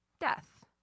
death